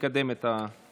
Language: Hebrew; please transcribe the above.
(תוספת פיגור בשל אי תשלום קנס בעבירת חניה),